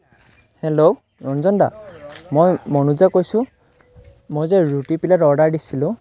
hello Ranjan da মই মনোজে কৈছোঁ মই যে ৰুটি পিলেট অৰ্ডাৰ দিছিলোঁ